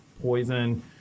Poison